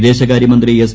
വിദേശകാര്യമന്ത്രി എസ്